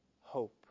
hope